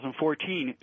2014